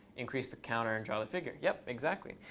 increase the counter and draw the figure. yep, exactly.